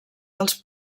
dels